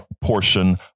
portion